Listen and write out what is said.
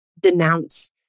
denounce